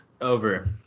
Over